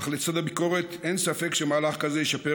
אך לצד הביקורת אין ספק שמהלך כזה ישפר